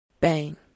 Bang